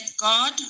God